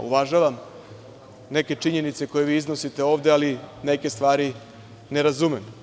Uvažavam neke činjenice koje vi iznosite ovde, ali neke stvari ne razumem.